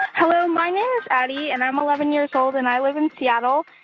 ah hello, my name is addy, and i'm eleven years old. and i live in seattle.